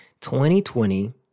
2020